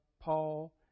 Paul